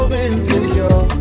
insecure